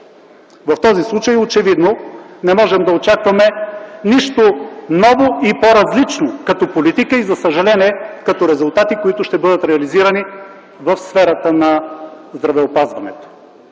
В този случай очевидно не можем да очакваме нищо ново и по-различно като политика и, за съжаление, като резултати, които ще бъдат реализирани в сферата на здравеопазването.